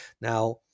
Now